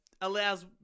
allows